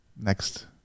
next